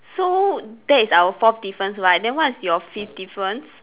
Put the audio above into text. so that is our fourth difference right then what is your fifth difference